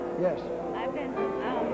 yes